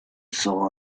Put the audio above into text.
saw